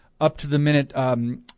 up-to-the-minute